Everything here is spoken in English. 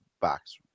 box